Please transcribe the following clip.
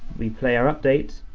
we play our updates,